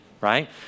Right